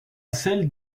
celle